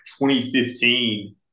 2015